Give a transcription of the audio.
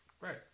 Right